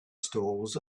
stalls